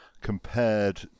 compared